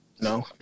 No